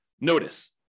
Notice